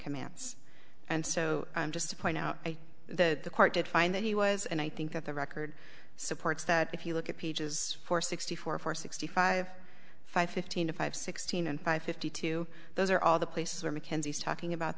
commands and so just to point out that the court did find that he was and i think that the record supports that if you look at pages four sixty four four sixty five five fifteen five sixteen and five fifty two those are all the places where mckenzie is talking about